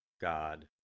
God